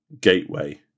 gateway